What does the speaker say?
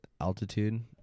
altitude